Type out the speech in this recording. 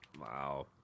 Wow